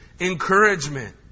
Encouragement